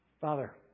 Father